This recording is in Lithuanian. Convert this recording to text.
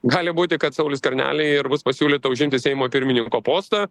gali būti kad sauliui skverneliui ir bus pasiūlyta užimti seimo pirmininko postą